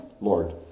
Lord